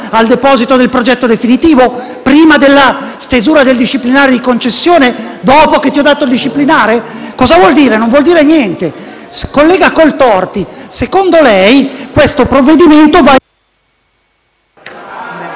Al deposito del progetto definitivo? Prima della stesura del disciplinare di concessione? Dopo la consegna del disciplinare? Cosa vuol dire? Non vuol dire niente. Senatore Coltorti, secondo lei, questo provvedimento...